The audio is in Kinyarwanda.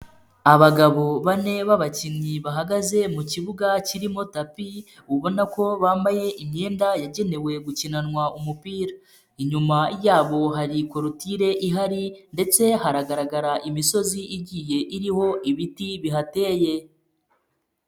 Abagabo bane b'abakinnyi bahagaze mu kibuga kirimo tapi ubona ko bambaye imyenda yagenewe gukinanwa umupira. Inyuma yabo hari korotire ihari ndetse hagaragara imisozi igiye iriho ibiti bihateye.